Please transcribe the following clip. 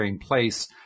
place